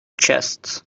chest